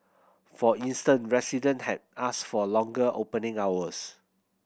for instance resident had asked for longer opening hours